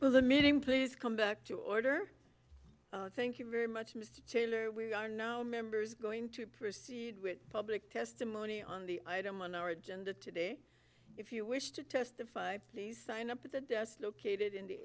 of the meeting please come back to order thank you very much mr taylor we are now members going to proceed with public testimony on the item on our agenda today if you wish to testify please sign up at the desk located in the